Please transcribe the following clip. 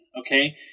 okay